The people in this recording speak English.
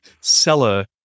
seller